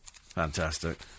Fantastic